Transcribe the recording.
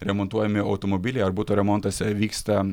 remontuojami automobiliai ar buto remontas vyksta